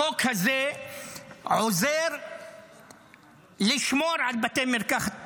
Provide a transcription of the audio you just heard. החוק הזה עוזר לשמור על בתי מרקחת פרטיים.